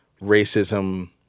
racism